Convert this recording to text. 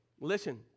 listen